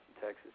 Texas